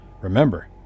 Remember